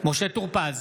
משה טור פז,